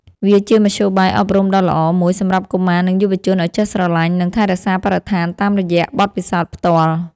វាជាមធ្យោបាយអប់រំដ៏ល្អមួយសម្រាប់កុមារ និងយុវជនឱ្យចេះស្រឡាញ់ និងថែរក្សាបរិស្ថានតាមរយៈបទពិសោធន៍ផ្ទាល់។